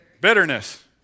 Bitterness